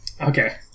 Okay